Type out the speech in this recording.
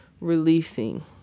releasing